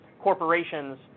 corporations